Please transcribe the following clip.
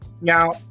now